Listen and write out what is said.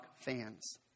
fans